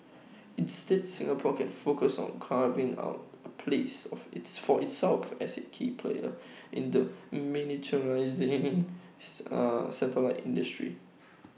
instead Singapore can focus on carving out A place of its for itself as A key player in the miniaturised A satellite industry